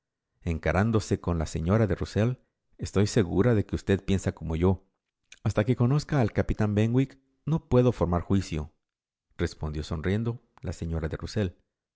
encarándose con la señora de rusell estoy segura de que usted piensa como yo hasta que conozca al capitán benwick no puedo formar juiciorespondió sonriendo la señora de